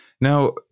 Now